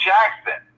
Jackson